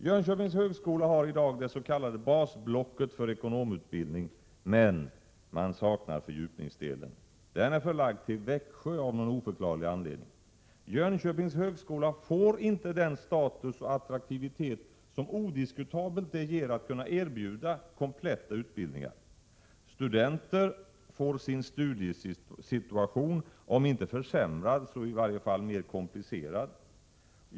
Jönköpings högskola har i dag det s.k. basblocket för ekonomutbildning men saknar fördjupningsdelen. Den är av någon oförklarlig anledning förlagd till Växjö. Jönköpings högskola får inte den status och attraktivitet som det odiskutabelt ger att kunna erbjuda kompletta utbildningar. Studenter får sin studiesituation om inte försämrad så i varje fall mer komplicerad.